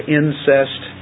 incest